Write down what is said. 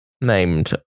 named